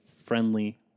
friendly